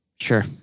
Sure